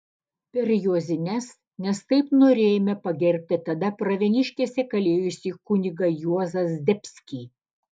per juozines nes taip norėjome pagerbti tada pravieniškėse kalėjusi kunigą juozą zdebskį